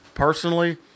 Personally